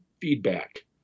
feedback